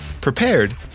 prepared